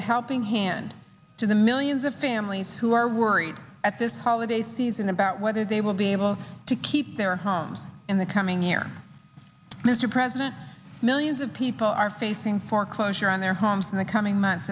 a helping hand to the millions of families who are worried at this holiday season about whether they will be able to keep their homes in the coming year mr president millions of people are facing foreclosure on their homes in the coming months